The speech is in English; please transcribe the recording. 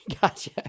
Gotcha